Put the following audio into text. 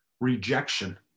rejection